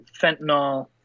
fentanyl